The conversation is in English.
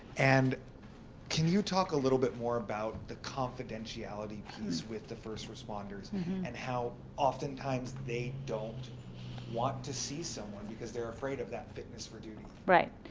and can you talk a little bit more about the confidentiality with the first responders and how often times they don't want to see someone because they're afraid of that fitness for duty thing. right.